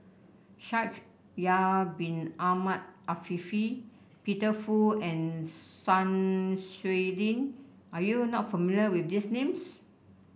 Shaikh Yahya Bin Ahmed Afifi Peter Fu and Sun Xueling are you not familiar with these names